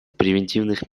превентивных